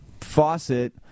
faucet